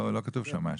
לא כתוב שם אשי.